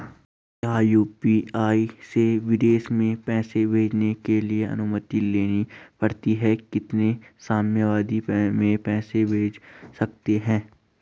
क्या यु.पी.आई से विदेश में पैसे भेजने के लिए अनुमति लेनी पड़ती है कितने समयावधि में पैसे भेज सकते हैं?